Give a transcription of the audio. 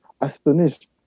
astonished